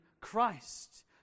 Christ